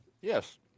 Yes